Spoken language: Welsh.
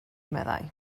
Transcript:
meddai